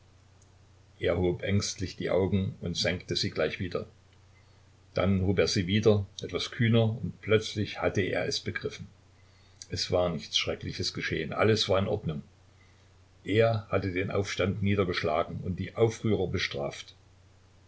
er hob ängstlich die augen und senkte sie gleich wieder dann hob er sie wieder etwas kühner und plötzlich hatte er es begriffen es war nichts schreckliches geschehen alles war in ordnung er hatte den aufstand niedergeschlagen und die aufrührer bestraft